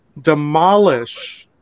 demolish